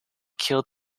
killed